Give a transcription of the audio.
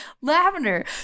lavender